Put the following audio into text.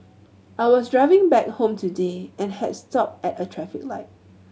I was driving back home today and had stopped at a traffic light